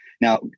Now